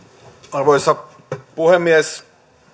arvoisa puhemies